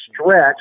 stretch